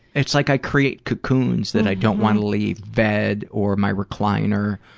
it's like i create cocoons that i don't want to leave, bed or my recliner,